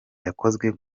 yakozwe